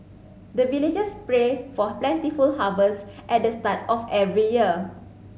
the villagers pray for plentiful harvest at the start of every year